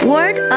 Word